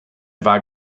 war